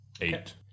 Eight